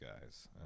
guys